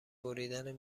بریدن